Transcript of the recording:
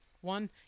One